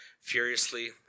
furiously